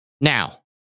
Now